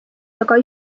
taga